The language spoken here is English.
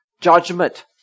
judgment